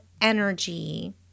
energy